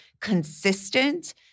consistent